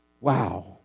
Wow